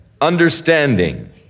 understanding